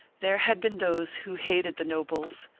there had been those who hated the nobles,